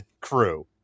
crew